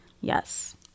yes